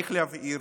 צריך להבהיר.